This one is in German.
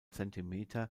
zentimeter